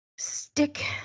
Stick